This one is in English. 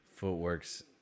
footworks